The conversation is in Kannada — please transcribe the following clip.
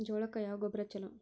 ಜೋಳಕ್ಕ ಯಾವ ಗೊಬ್ಬರ ಛಲೋ?